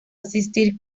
asistir